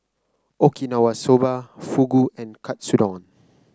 Okinawa Soba Fugu and Katsudon